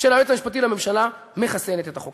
של היועץ המשפטי לממשלה מחסנת את החוק.